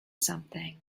something